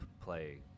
play